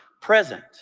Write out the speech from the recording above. present